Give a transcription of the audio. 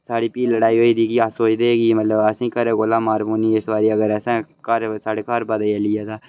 साढ़ी फ्ही लड़ाई होई दी कि अस सोचदे हे कि मतलब असें घर कोलां मार पौनी ऐ इस बारी अगर असें घर साढ़ै घर पता चली गेआ तां